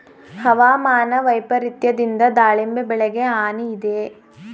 ಹವಾಮಾನ ವೈಪರಿತ್ಯದಿಂದ ದಾಳಿಂಬೆ ಬೆಳೆಗೆ ಹಾನಿ ಇದೆಯೇ?